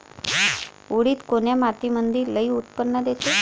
उडीद कोन्या मातीमंदी लई उत्पन्न देते?